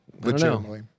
legitimately